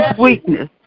weakness